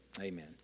amen